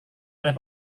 oleh